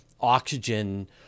oxygen